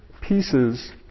pieces